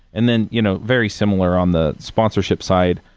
and then, you know very similar on the sponsorship side,